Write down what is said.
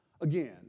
again